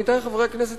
עמיתי חברי הכנסת,